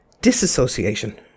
disassociation